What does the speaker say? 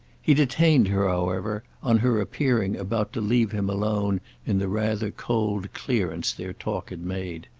he detained her, however, on her appearing about to leave him alone in the rather cold clearance their talk had made.